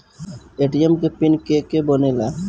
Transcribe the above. ATM के pin के के बनेला?